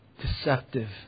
deceptive